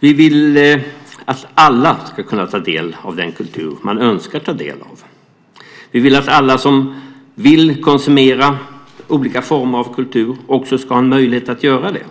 Vi vill att alla ska kunna ta del av den kultur man önskar ta del av. Vi vill att alla som vill konsumera olika former av kultur också ska ha möjlighet att göra det.